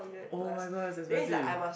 oh-my-god it's expensive